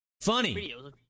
Funny